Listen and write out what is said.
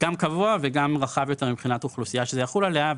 גם קבוע וגם רחב יותר מבחינת אוכלוסייה שזה יחול עליה,